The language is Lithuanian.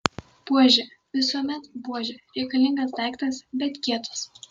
buožė visuomet buožė reikalingas daiktas bet kietas